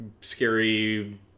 scary